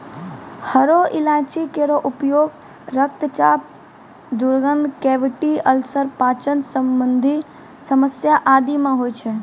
हरो इलायची केरो उपयोग रक्तचाप, दुर्गंध, कैविटी अल्सर, पाचन संबंधी समस्या आदि म होय छै